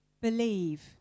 believe